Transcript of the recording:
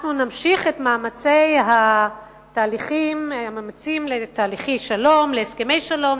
אנחנו נמשיך את מאמצי התהליכים להסכמי שלום,